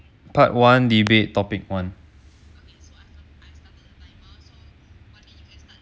part one debate topic one